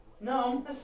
No